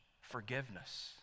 forgiveness